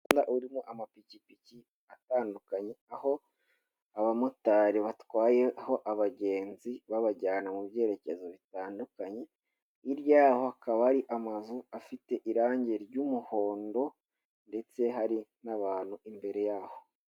Umuhanda urimo amapikipiki atandukanye aho abamotari batwayeho abagenzi babajyana mu byerekezo bitandukanye hirya yaho hakaba ari amazu afite irangi ry'umuhondo ndetse hari n'abantu imbere yaho.